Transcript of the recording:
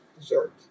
dessert